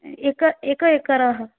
एकः एकः एकरः